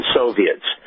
soviets